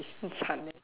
cham eh